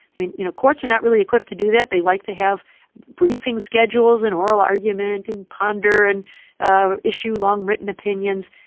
i mean, you know, courts are not really equipped to do that. they like to have briefing schedules and oral argument and ponder and ah issue long written opinions.